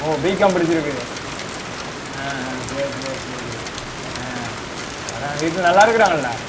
ஓ B Com படிச்சுருக்குது ஆ ஆ சரி சரி சரி ஆ அதுதான் வீட்டில் நல்லா இருக்கிறாங்கள்ல